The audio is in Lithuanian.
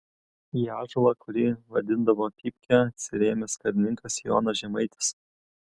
į ąžuolą kurį vadindavo pypke atsirėmęs karininkas jonas žemaitis